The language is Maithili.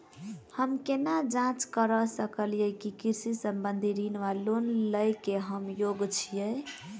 हम केना जाँच करऽ सकलिये की कृषि संबंधी ऋण वा लोन लय केँ हम योग्य छीयै?